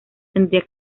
tendría